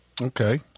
Okay